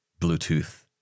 Bluetooth